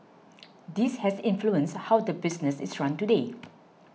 this has influenced how the business is run today